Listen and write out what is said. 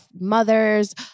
mothers